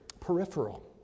peripheral